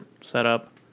setup